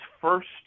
first